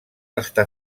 està